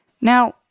Now